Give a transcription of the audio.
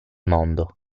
mondo